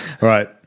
Right